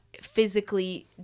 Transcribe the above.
physically